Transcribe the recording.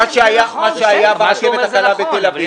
מה שהיה ברכבת הקלה בתל אביב --- נכון,